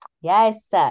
Yes